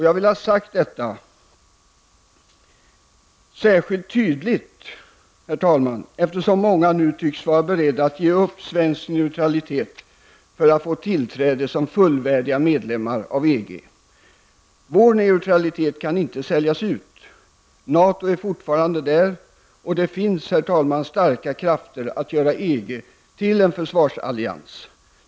Jag vill ha detta sagt särskilt tydligt, eftersom många nu tycks vara beredda att ge upp svensk neutralitet för att Sverige skall få tillträde som fullvärdig medlem i EG. Vår neutralitet kan inte säljas ut. NATO finns fortfarande där, och det finns, herr talman, starka krafter för att göra EG till en försvarsallians.